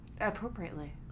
appropriately